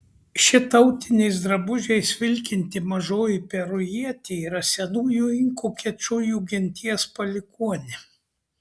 ši tautiniais drabužiais vilkinti mažoji perujietė yra senųjų inkų kečujų genties palikuonė